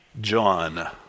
John